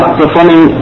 performing